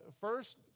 first